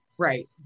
Right